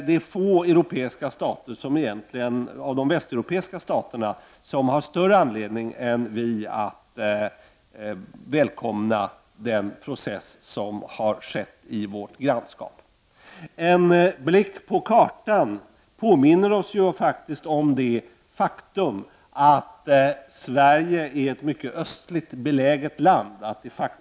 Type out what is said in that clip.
Det är få av de Västeuropeiska staterna som har större anledning än vi att välkomna den process som har ägt rum i vårt grannskap. En blick på kartan påminner oss om det faktum att Sverige är ett mycket östligt beläget land.